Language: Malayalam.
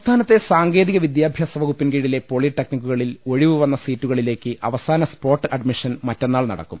സംസ്ഥാനത്തെ സാങ്കേതിക വിദ്യാഭ്യാസ വകുപ്പിൻ കീഴിലെ പോളിടെക്നിക്കുകളിൽ ഒഴിവ് വന്ന സീറ്റുകളിലേക്ക് അവസാന സ്പോട്ട് അഡ്മിഷൻ മറ്റന്നാൾ നടക്കും